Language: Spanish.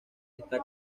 esta